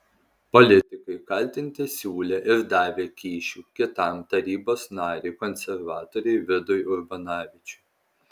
politikai kaltinti siūlę ir davę kyšių kitam tarybos nariui konservatoriui vidui urbonavičiui